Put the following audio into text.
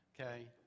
okay